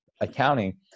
accounting